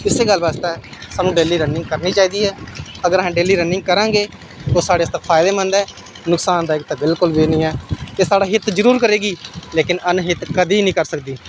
इस्सै गल्ल बास्तै सानूं डेली रनिंग करनी चाहिदी ऐ अगर असें डेली रनिंग करां गै ओह् साढ़े आस्तै फायदेमंद ऐ नुसकानदायक ते बिलकुल बी नेईं ऐ एह् साढ़ा हित जरूर करे गी लेकिन अन हित कदें नेईं कर सकदी